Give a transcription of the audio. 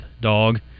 dog